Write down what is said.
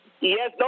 Yes